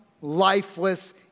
lifeless